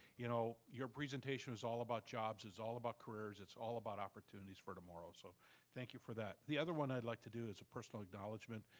you know your presentation is all about jobs, it's all about careers, it's all about opportunities for tomorrow. so thank you for that. the other one i'd like to do is a personal acknowledgement.